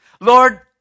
Lord